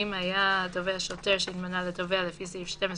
אם היה התובע שוטר שהתמנה לתובע לפי סעיף